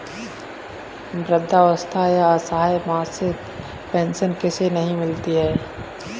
वृद्धावस्था या असहाय मासिक पेंशन किसे नहीं मिलती है?